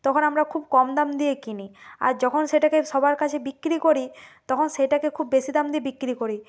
তখন আমরা খুব কম দাম দিয়ে কিনি আর যখন সেটাকে সবার কাছে বিক্রি করি তখন সেইটাকে খুব বেশি দাম দিয়ে বিক্রি করি